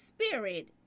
spirit